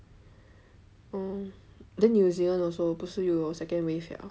oh then New Zealand also 不是有 second wave 了